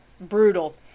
brutal